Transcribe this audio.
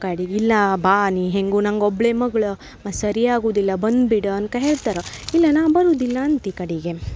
ಕಡಿಗೆ ಇಲ್ಲ ಬಾ ನೀ ಹೇಗೂ ನಂಗೆ ಒಬ್ಬಳೇ ಮಗ್ಳು ಮತ್ತು ಸರಿಯಾಗುವುದಿಲ್ಲ ಬಂದ್ಬಿಡು ಅನ್ಕ ಹೇಳ್ತರ ಇಲ್ಲ ನಾ ಬರುವುದಿಲ್ಲ ಅಂತಿ ಕಡೆಗೆ